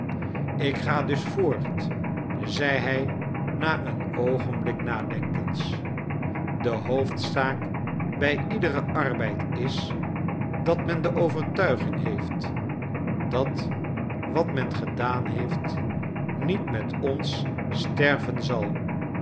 ik ga dus voort zei hij na een oogenblik nadenkens de hoofdzaak bij iederen arbeid is dat men de overtuiging heeft dat wat men gedaan heeft niet met ons sterven zal